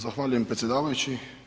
Zahvaljujem predsjedavajući.